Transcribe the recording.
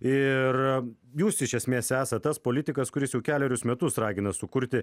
ir jūs iš esmės esat tas politikas kuris jau kelerius metus ragina sukurti